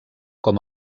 com